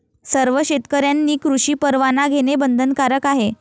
सर्व शेतकऱ्यांनी कृषी परवाना घेणे बंधनकारक आहे